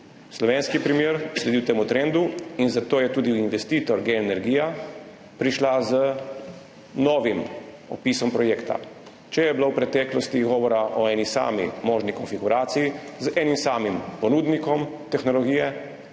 slovenski primer sledil temu trendu. Zato je tudi investitor Gen energija prišel z novim opisom projekta. Če je bilo v preteklosti govora o eni sami možni konfiguraciji z enim samim ponudnikom tehnologije,